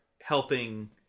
helping